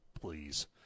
Please